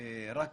- רק